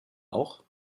auch